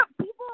people